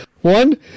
One